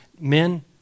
men